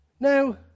Now